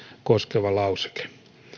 koskeva lauseke